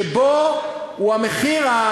שהמחיר הוא,